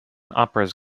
operas